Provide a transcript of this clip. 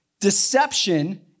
deception